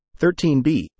13B